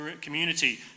community